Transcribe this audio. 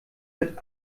wird